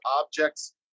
objects